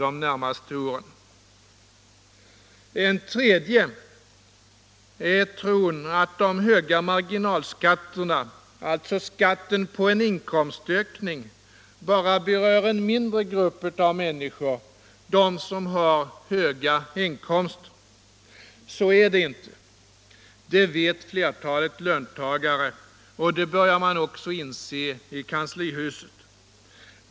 En tredje illusion är tron att de höga marginalskatterna, alltså skatten på en inkomstökning, bara berör en mindre grupp människor, de som har höga inkomster. Så är det inte. Det vet flertalet löntagare, och det börjar man inse även i kanslihuset.